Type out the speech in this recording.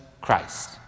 Christ